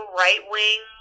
right-wing